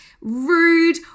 rude